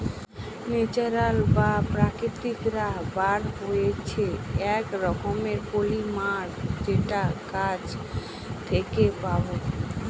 natural বা প্রাকৃতিক rubber হচ্ছে এক রকমের পলিমার যেটা গাছ থেকে পাবো